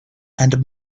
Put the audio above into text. and